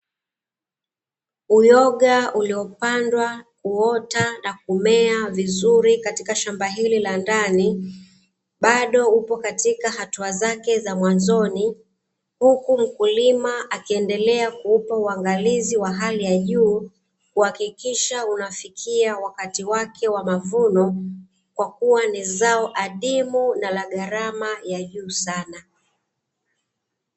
Uyoga uliopandwa huota na kumea vizuri katika shamba hili la ndani, bado upo katika hatua zake za mwanzoni huku mkulima akiendelea kuupa uangalizi wa hali ya juu kuhakikishia unafikia wakati wake wa mavuno kwa kuwa ni zao adimu na la gharama ya juu sana.